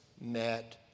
met